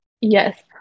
Yes